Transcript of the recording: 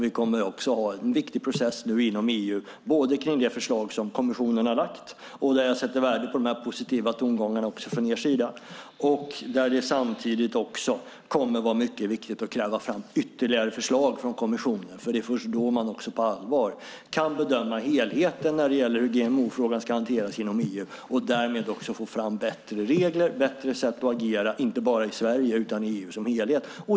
Vi kommer också att ha en viktig process inom EU vad gäller det förslag kommissionen har lagt fram, och jag sätter värde på de positiva tongångarna från Vänsterpartiets sida. Samtidigt kommer det att vara viktigt att kräva ytterligare förslag från kommissionen. Det är först då man på allvar kan bedöma helheten när det gäller hur GMO-frågan ska hanteras inom EU och därmed få fram bättre regler och bättre sätt att agera, inte bara i Sverige utan i EU som helhet.